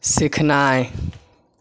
सीखनाय